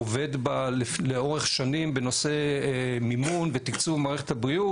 עובד בה לאורך שנים בנושא מימון ותקצוב מערכת הבריאות